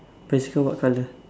bicycle what colour